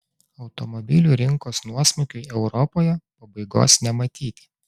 automobilių rinkos nuosmukiui europoje pabaigos nematyti